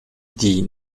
dit